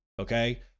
okay